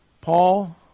Paul